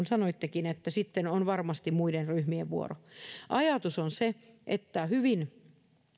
sanoittekin sitten on varmasti muiden ryhmien vuoro ajatus on se että hyvin